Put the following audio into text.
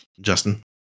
Justin